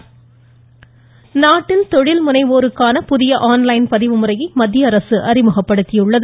on line பதிவு நாட்டில் தொழில் முனைவோருக்கான புதிய ஆன் லைன் பதிவு முறையை மத்திய அரசு அறிமுகப்படுத்தியுள்ளது